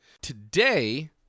Today